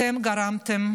אתם גרמתם